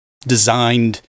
designed